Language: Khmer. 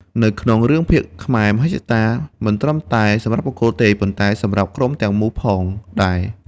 នៅក្នុងរឿងភាគខ្មែរ មហិច្ឆតា មិនត្រឹមតែសម្រាប់បុគ្គលទេ ប៉ុន្តែសម្រាប់ ក្រុមទាំងមូលផងដែរ។